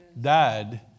died